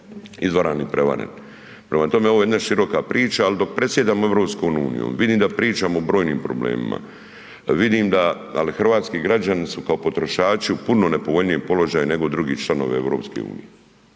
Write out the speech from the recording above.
izvaran i prevaren. Prema tome, ovo je jedna široka priča, ali dok predsjedamo EU vidim da pričamo o brojnim problemima, vidim da, ali hrvatski građani su kao potrošači u puno nepovoljnijem položaju nego drugi članovi EU,